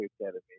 academy